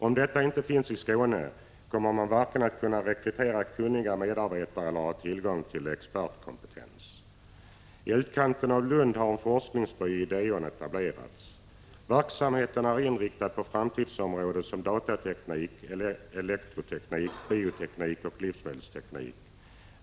Om sådan inte finns i Skåne kommer man varken att kunna rekrytera kunniga medarbetare eller ha tillgång till expertkompetens. IT utkanten av Lund har en forskarby, Ideon, etablerats. Verksamheten är inriktad på framtidsområden som datateknik, elektronik, bioteknik och livsmedelsteknik.